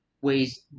ways